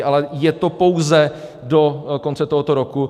Ale je to pouze do konce tohoto roku.